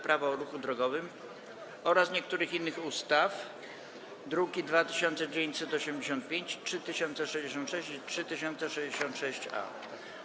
Prawo o ruchu drogowym oraz niektórych innych ustaw, druki nr 2985, 3066 i 3066-A.